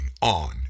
on